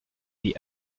the